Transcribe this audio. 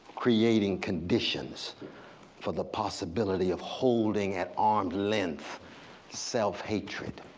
creating conditions for the possibility of holding at arm's length self-hatred,